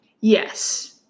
Yes